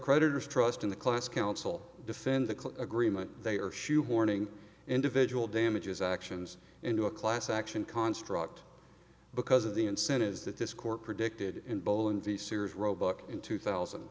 creditors trust in the class council defend the agreement they are shoehorning individual damages actions into a class action construct because of the incentives that this court predicted in bolen v sears roebuck in two thousand